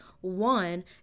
one